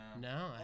No